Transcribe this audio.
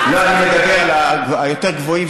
אני מדבר על היותר-גבוהים,